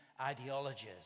ideologies